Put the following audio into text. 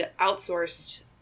outsourced